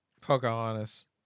pocahontas